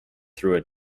through